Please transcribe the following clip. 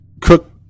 cook